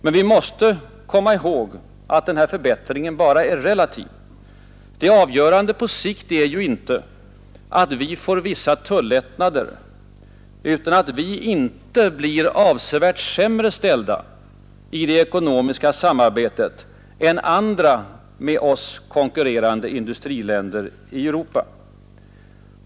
Men vi måste komma ihåg att förbättringen bara är relativ. Det avgörande på sikt är ju inte att vi får vissa tullättnader, utan att vi inte blir avsevärt sämre ställda i det ekonomiska samarbetet än andra med oss konkurrerande industriländer i Europa.